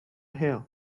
hill